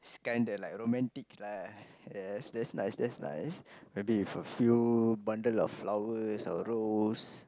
it's kind of like romantic lah yes that's nice that's nice maybe with a few bundle of flowers or rose